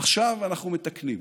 עכשיו אנחנו מתקנים.